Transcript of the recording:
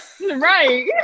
right